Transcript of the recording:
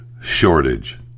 shortage